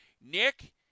Nick